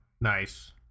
Nice